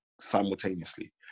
simultaneously